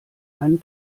einen